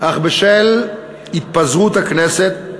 אך בשל התפזרות הכנסת,